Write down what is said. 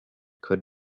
could